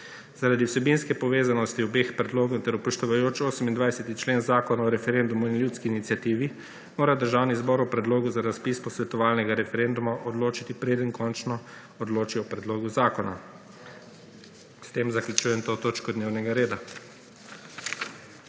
Zaradi vsebinske povezanosti obeh predlogov ter upoštevajoč 28. člen Zakona o referendumu in ljudski iniciativi, mora Državni zbor o Predlogu za razpis posvetovalnega referenduma odločiti, preden končno odloči o Predlogu zakona. S tem zaključujem to točko dnevnega reda.